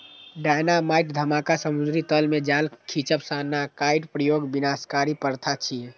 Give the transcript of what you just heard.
dynamite धमाका, समुद्री तल मे जाल खींचब, साइनाइडक प्रयोग विनाशकारी प्रथा छियै